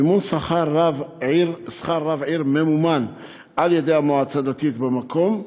מימון שכר רב עיר ממומן על ידי המועצה הדתית במקום.